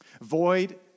Void